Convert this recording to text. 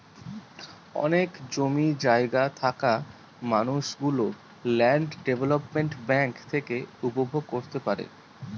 অনেক জমি জায়গা থাকা মানুষ গুলো ল্যান্ড ডেভেলপমেন্ট ব্যাঙ্ক থেকে উপভোগ করতে পারে